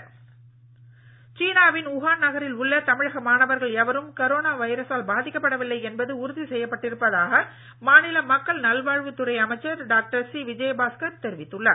corona virus சீனாவின் Wuhan நகரில் உள்ள தமிழக மாணவர்கள் எவரும் கரோனொ வைரசால் பாதிக்கப்படவில்லை என்பது உறுதி செய்யப்பட்டிருப்பதாக மாநில மக்கள் நல்வாழ்வுத் துறை அமைச்சர் டாக்டர் சி விஜயபாஸ்கர் தெரிவித்துள்ளார்